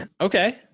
Okay